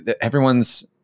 everyone's